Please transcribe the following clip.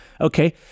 okay